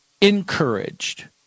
encouraged